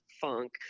funk